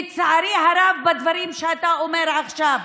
לצערי הרב, בדברים שאתה אומר עכשיו.